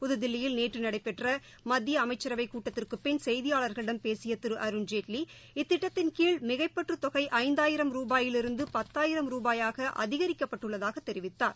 புதுதில்லியில் நேற்று நடைபெற்ற மத்திய அமைச்சரவைக் கூட்டத்திற்குப்பின் செய்தியாளர்களிடம் பேசிய நிதியமைச்சர் திரு அருண்ஜேட்லி இத்திட்டத்தின்கீழ் மிகைப்பற்றத் தொகை ஐந்தாயிரம் ருபாயிலிருந்து பத்தாயிரம் ருபாயாக அதிகரிக்கப்பட்டுள்ளதாக தெரிவித்தார்